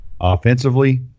offensively –